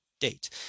date